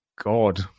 God